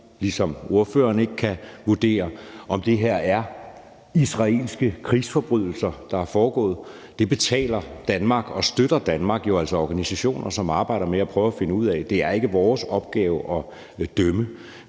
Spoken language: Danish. ligesom ordføreren ikke kan vurdere, om der er foregået israelske krigsforbrydelser. Derfor betaler og støtter Danmark jo altså organisationer, som arbejder med at prøve at finde ud af det. Det er ikke vores opgave at dømme.